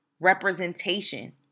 representation